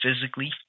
physically